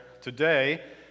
today